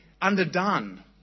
underdone